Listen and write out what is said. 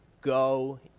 Go